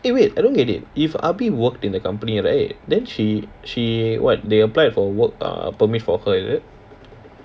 eh wait I don't get it if ah bee worked in the company right then sh~ she what they applied for work uh permit for her is it